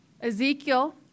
Ezekiel